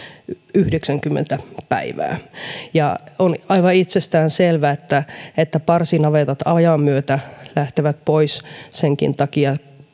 yhdeksänkymmentä päivää on aivan itsestäänselvää että että parsinavetat ajan myötä lähtevät pois senkin takia